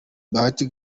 bahati